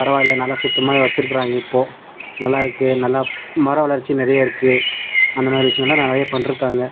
பரவாயில்லை நல்லா சுத்தமாகவே வச்சுருக்குறாங்க இப்போது நல்லாயிருக்கு நல்லா மரம் வளர்ச்சி நிறையா இருக்கு அந்த மாதிரி விஷயம்லாம் நிறையா பண்ணிட்ருக்காங்க